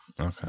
Okay